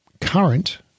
current